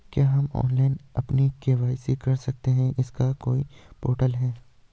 क्या हम ऑनलाइन अपनी के.वाई.सी करा सकते हैं इसका कोई पोर्टल है?